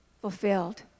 fulfilled